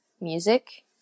music